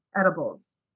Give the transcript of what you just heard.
edibles